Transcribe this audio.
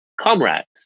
comrades